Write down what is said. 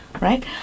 right